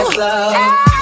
love